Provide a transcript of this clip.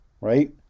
right